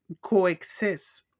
coexist